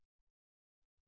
విద్యార్థి 0